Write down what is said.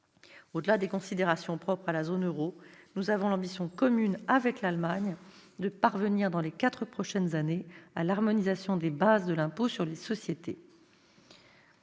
Au-delà des considérations propres à la zone euro, nous avons l'ambition commune, avec l'Allemagne, de parvenir dans les quatre prochaines années à l'harmonisation des bases de l'impôt sur les sociétés.